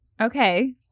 Okay